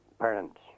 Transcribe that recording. parents